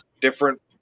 different